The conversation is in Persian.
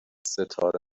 ستاره